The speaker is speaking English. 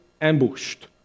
ambushed